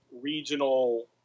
regional